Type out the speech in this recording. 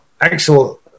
actual